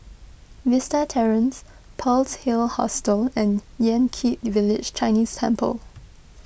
Vista Terrace Pearl's Hill Hostel and Yan Kit Village Chinese Temple